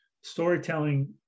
storytelling